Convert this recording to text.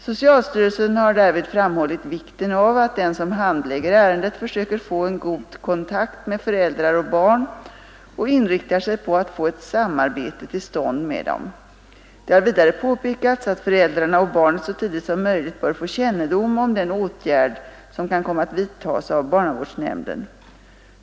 Socialstyrelsen har därvid framhållit vikten av att den som handlägger ärendet försöker få en god kontakt med föräldrar och barn och inriktar sig på att få ett samarbete till stånd med dem. Det har vidare påpekats att föräldrarna och barnet så tidigt som möjligt bör få kännedom om den åtgärd som kan komma att vidtas av barnavårdsnämnden.